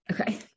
okay